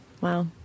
Wow